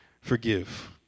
forgive